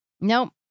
Nope